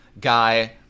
guy